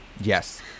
yes